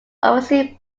overseen